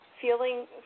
Feeling